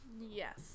Yes